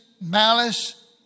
malice